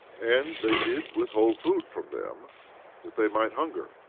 and they did withhold food from them that they might hunger,